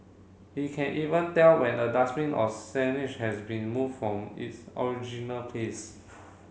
he can even tell when a dustbin or signage has been moved from its original place